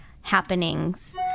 happenings